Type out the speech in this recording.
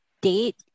date